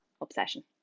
Obsession